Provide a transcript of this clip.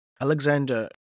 alexander